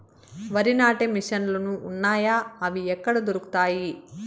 వరి నాటే మిషన్ ను లు వున్నాయా? అవి ఎక్కడ దొరుకుతాయి?